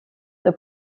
the